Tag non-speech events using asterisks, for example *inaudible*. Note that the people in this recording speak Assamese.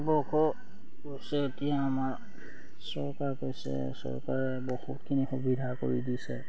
*unintelligible* কৈছে এতিয়া আমাৰ চৰকাৰ কৈছে চৰকাৰে বহুতখিনি সুবিধা কৰি দিছে